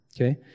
Okay